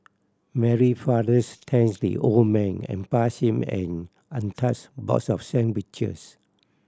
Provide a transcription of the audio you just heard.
Mary fathers thanked the old man and passed him an untouched box of sandwiches